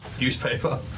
Newspaper